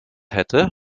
hätte